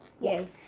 Yay